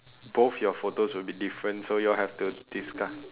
both your photos will be different so you all have to discuss